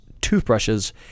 toothbrushes